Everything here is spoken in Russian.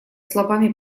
словами